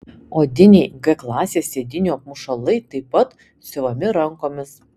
odiniai g klasės sėdynių apmušalai taip pat siuvami rankomis